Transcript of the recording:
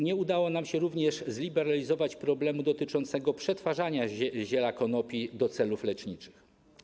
Nie udało nam się również zliberalizować problemu dotyczącego przetwarzania ziela konopi do celów leczniczych.